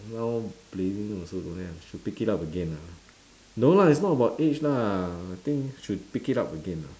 now blading also don't have should pick it up again lah no lah it's not about age lah I think should pick it up again lah